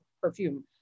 perfume